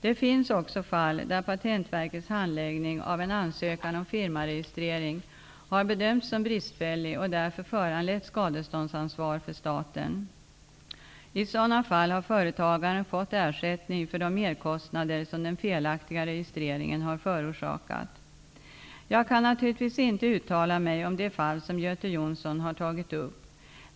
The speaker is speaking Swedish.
Det finns också fall där Patentverkets handläggning av en ansökan om firmaregistrering har bedömts som bristfällig och därför föranlett skadeståndsansvar för staten. I sådana fall har företagaren fått ersättning för de merkostnader som den felaktiga registreringen har förorsakat. Jag kan naturligtvis inte uttala mig om det fall som Göte Jonsson har tagit upp.